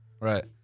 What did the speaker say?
right